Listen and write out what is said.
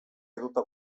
edota